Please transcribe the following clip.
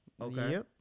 Okay